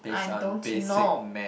I don't know